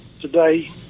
Today